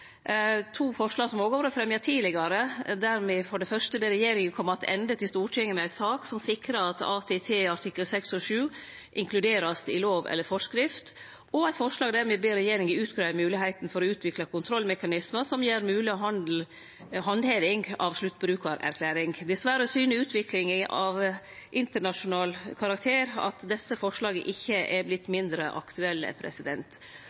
to forslag som òg har vore fremja tidlegare – der me for det fyrste ber regjeringa kome attende til Stortinget med ei sak som sikrar at ATT artiklane 6 og 7 vert inkluderte i lov eller forskrift, og eit forslag der me ber regjeringa greie ut moglegheita for å utvikle kontrollmekanismar som gjer mogleg handheving av sluttbrukarerklæring. Dessverre syner utviklinga av internasjonal karakter at desse forslaga ikkje